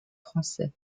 français